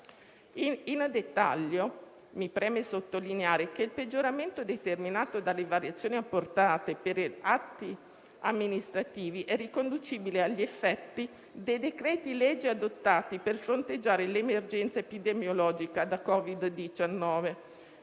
Nel dettaglio, mi preme sottolineare che il peggioramento determinato dalle variazioni apportate per atti amministrativi è riconducibile agli effetti dei decreti-legge adottati per fronteggiare l'emergenza epidemiologica da Covid-19,